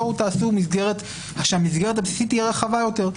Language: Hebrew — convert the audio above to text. בואו תעשו שהמסגרת הבסיסית תהיה רחבה יותר.